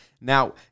now